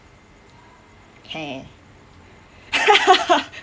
!hey!